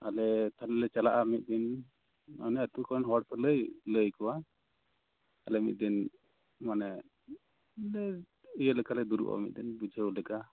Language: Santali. ᱟᱞᱮ ᱛᱟᱞᱦᱮ ᱞᱮ ᱪᱟᱞᱟᱜᱼᱟ ᱢᱤᱫ ᱫᱤᱱ ᱚᱱᱟᱹ ᱟᱛᱩ ᱠᱚᱨᱮᱱ ᱦᱚᱲ ᱠᱚᱯᱮ ᱞᱟᱹᱭᱟᱠᱚᱣᱟ ᱟᱞᱮ ᱢᱤᱫ ᱫᱤᱱ ᱢᱟᱱᱮ ᱤᱭᱟᱹ ᱞᱮᱠᱟᱞᱮ ᱫᱩᱲᱩᱵᱼᱟ ᱵᱩᱡᱷᱟᱹᱣ ᱞᱮᱠᱟ